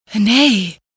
Nay